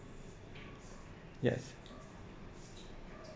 yes